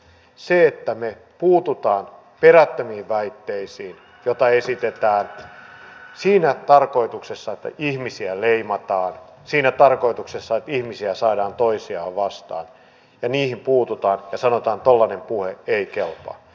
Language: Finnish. se että me puutumme perättömiin väitteisiin joita esitetään siinä tarkoituksessa että ihmisiä leimataan siinä tarkoituksessa että ihmisiä saadaan toisiaan vastaan ja niihin puututaan ja sanotaan että tuollainen puhe ei kelpaa